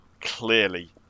clearly